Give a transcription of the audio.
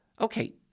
Okay